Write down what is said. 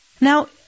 Now